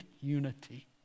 unity